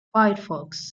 firefox